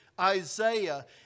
Isaiah